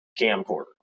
camcorder